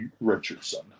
Richardson